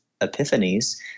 epiphanies